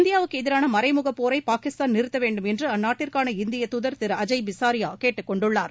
இந்தியாவுக்கு எதிரான மறைமுகப்போரை பாகிஸ்தான் நிறுத்த வேண்டுமென்று அந்நாட்டுக்கான இந்தியத் துதர் திரு அஜய் பிசாரியா கேட்டுக் கொண்டுள்ளார்